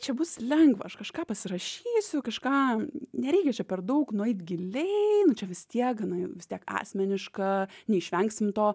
čia bus lengva aš kažką pasirašysiu kažką nereikia čia per daug nueit giliai nu čia vis tiek gana vis tiek asmeniška neišvengsim to